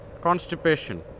constipation